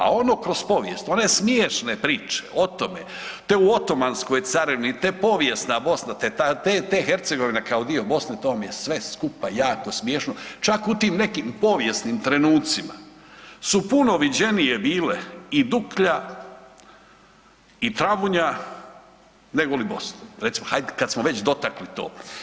A ono kroz povijest one smiješne priče o tome, te u Otomanskoj carevini, te povijesna Bosna, te Hercegovine kao dio Bosne to vam je sve skupa jako smiješno, čak u tim nekim povijesnim trenucima su puno viđenije bile i Duklja i Travunja negoli Bosna, recimo hajd kad smo već dotakli to.